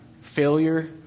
failure